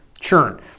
churn